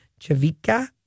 Chavika